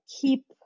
keep